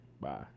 Bye